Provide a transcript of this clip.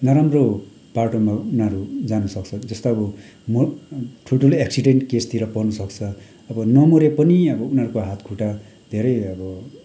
नराम्रो बाटोमा उनीहरू जानुसक्छ जस्तो अब म् ठुल्ठुलो एक्सिडेन्ट केसतिर पर्नु सक्छ अब नमरे पनि अब उनीहरूको हात खुट्टा धेरै अब